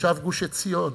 תושב גוש-עציון,